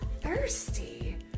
thirsty